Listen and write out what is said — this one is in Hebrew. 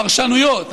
פרשנויות,